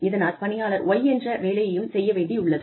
இதனால் பணியாளர் Y என்ற வேலையையும் செய்ய வேண்டியுள்ளது